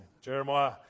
Jeremiah